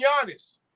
Giannis